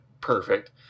Perfect